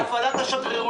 השאלה